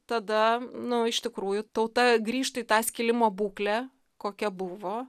tada nu iš tikrųjų tauta grįžtų į tą skilimo būklę kokia buvo